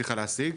הצליחה להשיג,